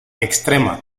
extrema